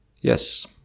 Yes